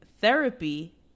Therapy